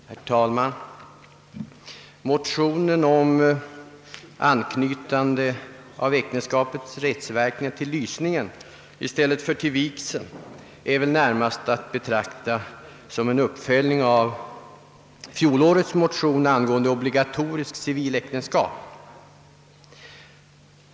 Herr talman! Motionen om anknytande av äktenskapets rättsverkningar till lysningen i stället för till vigseln är väl närmast att betrakta som en uppföljning av fjolårets motion angående obligatoriskt civiläktenskap.